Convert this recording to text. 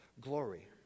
glory